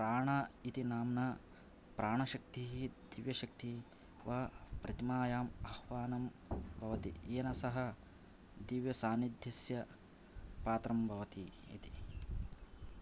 प्राण इति नाम्ना प्राण शक्तिः दिव्य शक्तिः वा प्रतिमायां आह्वानं भवति येन सः दिव्य सान्निध्यस्य पात्रं भवति इति